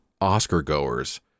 Oscar-goers